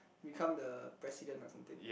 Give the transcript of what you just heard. become the president or something